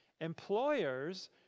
employers